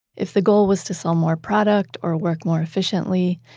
if the goal was to sell more product or work more efficiently,